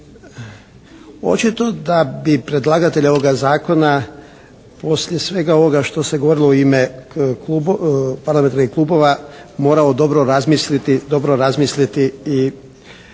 Očito da bi predlagatelja ovoga zakona poslije svega ovoga što se govorilo u ime parlamentarnih klubova morao dobro razmisliti i